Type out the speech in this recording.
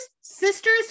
sisters